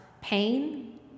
pain